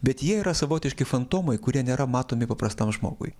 bet jie yra savotiški fantomai kurie nėra matomi paprastam žmogui